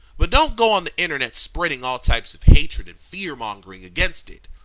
but don't go on the internet spreading all types of hatred and fear-mongering against it.